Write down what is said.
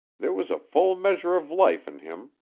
there was a full measure of life in him.